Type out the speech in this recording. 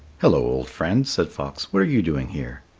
hello, old friend, said fox. what are you doing here?